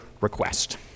request